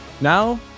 now